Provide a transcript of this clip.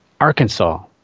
Arkansas